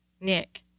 Nick